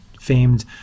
famed